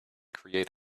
create